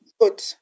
good